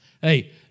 Hey